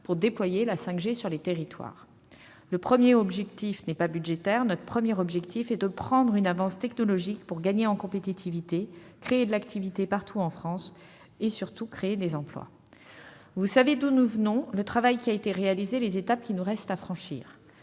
pour déployer la 5G sur le territoire. Notre premier objectif n'est pas budgétaire ; il est de prendre une avance technologique pour gagner en compétitivité, créer de l'activité partout en France, et surtout, créer des emplois. Très bien ! Vous savez donc d'où nous venons, le travail qui a été réalisé et les étapes qu'il nous reste à franchir.